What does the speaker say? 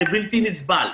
וזה בלתי נסבל.